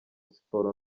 siporo